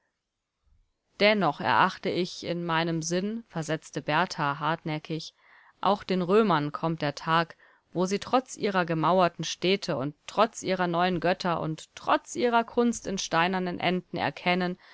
dennoch erachte ich in meinem sinn versetzte berthar hartnäckig auch den römern kommt der tag wo sie trotz ihrer gemauerten städte und trotz ihrer neuen götter und trotz ihrer kunst in steinernen enten erkennen